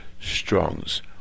strongs